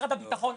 משרד הביטחון,